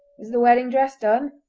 is the wedding dress done?